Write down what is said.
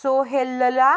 सोहेलला